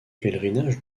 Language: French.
pèlerinage